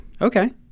Okay